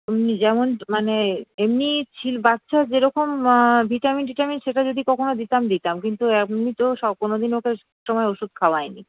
এমনি যেমন মানে এমনি বাচ্চা যেরকম ভিটামিন টিটামিন সেটা যদি কখনও দিতাম দিতাম কিন্তু এমনি তো কোনোদিন ওকে ওষুধ খাওয়াইনি